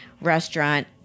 restaurant